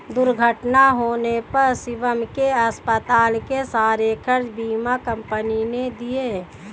दुर्घटना होने पर शिवम के अस्पताल के सारे खर्चे बीमा कंपनी ने दिए